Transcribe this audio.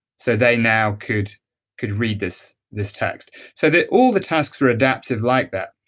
so they now could could read this this text so that all the tasks are adaptive like that.